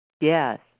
Yes